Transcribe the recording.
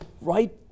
right